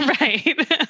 right